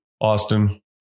Austin